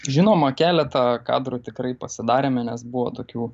žinoma keletą kadrų tikrai pasidarėme nes buvo tokių